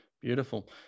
beautiful